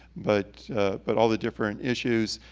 but but all the different issues.